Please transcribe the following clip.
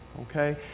okay